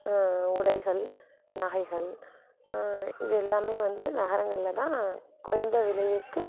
உடைகள் நகைகள் இது எல்லாமே வந்து நகரங்களில் தான் குறைந்த விலைக்கு